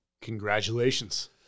Congratulations